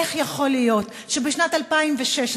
איך יכול להיות שבשנת 2016,